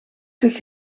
zich